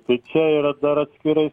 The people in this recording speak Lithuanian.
tai čia yra dar atskira